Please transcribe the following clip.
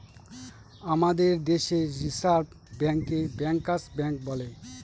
আমাদের দেশে রিসার্ভ ব্যাঙ্কে ব্যাঙ্কার্স ব্যাঙ্ক বলে